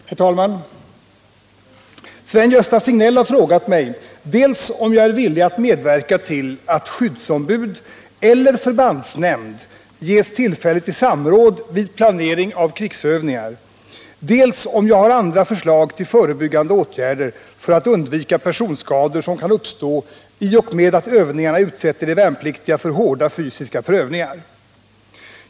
Herr talman! Sven-Gösta Signell har frågat mig dels om jag är villig att medverka till att skyddsombud eller förbandsnämnd ges tillfälle till samråd vid planering av krigsövningar, dels om jag har andra förslag till förebyggande åtgärder för att undvika personskador som kan uppstå i och med att övningarna utsätter de värnpliktiga för hårda fysiska prövningar.